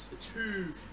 two